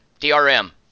DRM